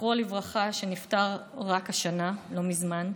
זכרו לברכה, שנפטר רק השנה, לא מזמן,